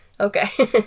Okay